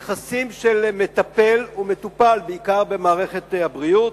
יחסים של מטפל ומטופל, בעיקר במערכת הבריאות,